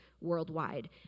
worldwide